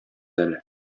әле